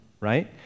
right